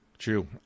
true